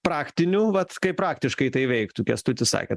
praktinių vat kaip praktiškai tai veiktų kęstutis sakė